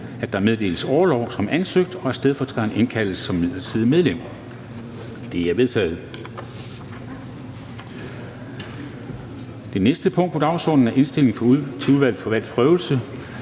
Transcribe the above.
at der meddeles orlov som ansøgt, og at stedfortræderen indkaldes som midlertidigt medlem. Det er vedtaget. --- Det næste punkt på dagsordenen er: 6) Indstilling fra Udvalget til Valgs Prøvelse: